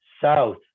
South